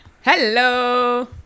Hello